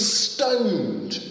stoned